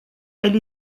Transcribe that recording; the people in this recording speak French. elle